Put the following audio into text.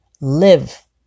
live